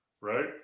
Right